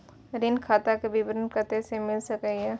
ऋण खाता के विवरण कते से मिल सकै ये?